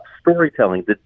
storytelling